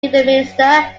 kidderminster